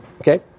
Okay